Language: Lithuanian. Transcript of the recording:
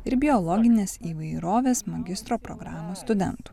ir biologinės įvairovės magistro programos studentų